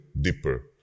deeper